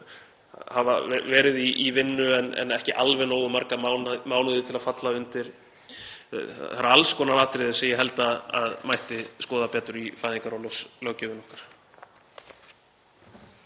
hafa verið í vinnu en ekki alveg nógu marga mánuði til að falla undir — það eru alls konar atriði sem ég held að mætti skoða betur í fæðingarorlofslöggjöfinni okkar.